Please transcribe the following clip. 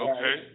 Okay